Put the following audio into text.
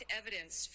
evidence